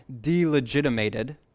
delegitimated